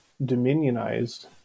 dominionized